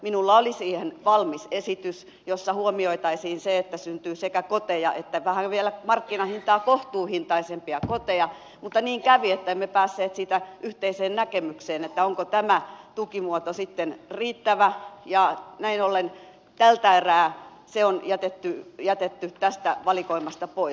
minulla oli siihen valmis esitys jossa huomioitaisiin se että syntyy sekä koteja että vähän vielä markkinahintaa kohtuuhintaisempiakin koteja mutta niin kävi että emme päässeet yhteiseen näkemykseen siitä onko tämä tukimuoto sitten riittävä ja näin ollen tältä erää se on jätetty tästä valikoimasta pois